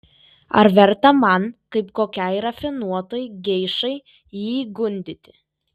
ar verta man kaip kokiai rafinuotai geišai jį gundyti